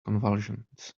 convulsions